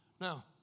Now